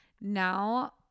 Now